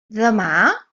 demà